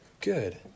good